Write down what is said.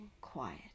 quiet